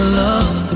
love